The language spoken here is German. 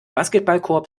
basketballkorb